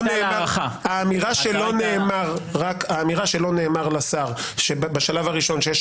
האמירה שלא נאמר לשר בשלב הראשון שיש